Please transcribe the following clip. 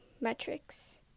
metrics